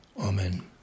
amen